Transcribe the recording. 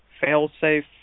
fail-safe